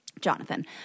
Jonathan